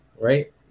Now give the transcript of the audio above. right